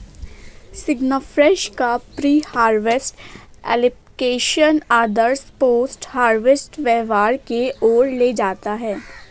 सिग्नाफ्रेश का pre harvest application आदर्श post harvest व्यवहार की ओर ले जाता है